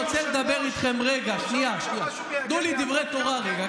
תנו לי דברי תורה רגע.